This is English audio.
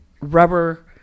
rubber